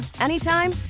anytime